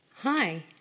Hi